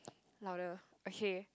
louder okay